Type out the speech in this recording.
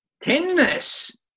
Tenderness